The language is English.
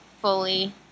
fully